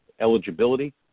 eligibility